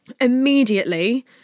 immediately